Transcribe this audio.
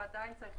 עדיין לא.